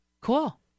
Cool